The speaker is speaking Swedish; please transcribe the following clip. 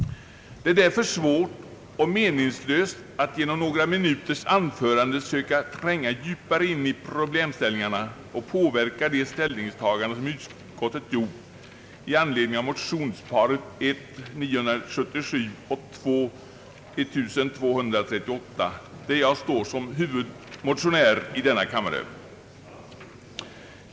Det är därför svårt och meningslöst att i några minuters anförande söka tränga djupare in i problemställningarna och påverka det ställningstagande som utskottet gjort i anledning av motionsparet 1: 977 och II: 1238, där jag står som huvudmotionär i denna kammare.